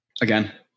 Again